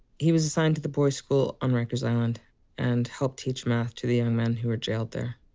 he was assigned to the boys' school on rikers island and helped teach math to the young men who were jailed there.